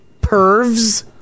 pervs